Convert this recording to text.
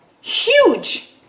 Huge